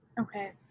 Okay